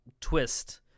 twist